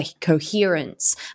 coherence